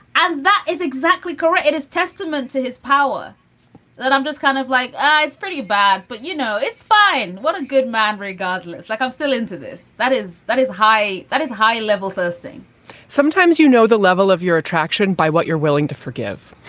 that is exactly correct. it is testament to his power that i'm just kind of like ah it's pretty bad. but, you know, it's fine. what a good man. regardless. like, i'm still into this. that is that is high. that is high level boasting sometimes, you know, the level of your attraction by what you're willing to forgive